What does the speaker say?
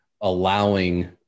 allowing